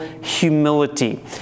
humility